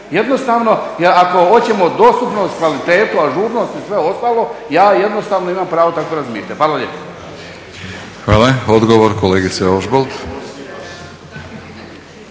Jer ako hoćemo dostupnost, kvalitetu, ažurnost i sve ostalo ja jednostavno imam pravo tako razmišljati. Hvala lijepo. **Batinić, Milorad